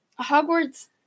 Hogwarts